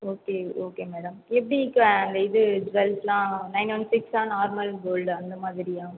okay okay madam எப்படிக்கா அந்த இது ஜுவெல்ஸ்லாம் நைன் ஒன் சிக்ஸா நார்மல் கோல்டு அந்த மாதிரியா